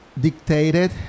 dictated